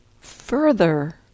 further